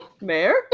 Mayor